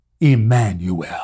Emmanuel